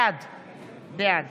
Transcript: בעד